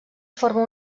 forma